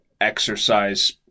exercise